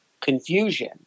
confusion